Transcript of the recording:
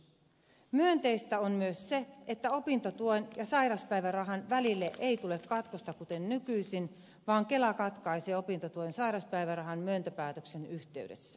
myönteistä on myös se että opintotuen ja sairauspäivärahan välille ei tule katkosta kuten nykyisin vaan kela katkaisee opintotuen sairauspäivärahan myöntöpäätöksen yhteydessä